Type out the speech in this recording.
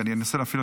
אדוני היושב-ראש,